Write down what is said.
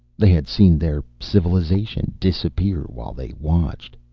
they had seen their civilization disappear while they watched.